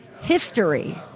history